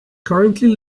currently